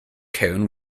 cone